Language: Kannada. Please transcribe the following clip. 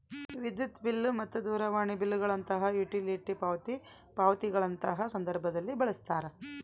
ವಿದ್ಯುತ್ ಬಿಲ್ ಮತ್ತು ದೂರವಾಣಿ ಬಿಲ್ ಗಳಂತಹ ಯುಟಿಲಿಟಿ ಪಾವತಿ ಪಾವತಿಗಳಂತಹ ಸಂದರ್ಭದಲ್ಲಿ ಬಳಸ್ತಾರ